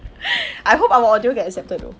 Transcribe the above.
I hope our audio gets accepted though